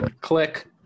Click